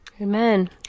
Amen